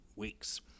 Weeks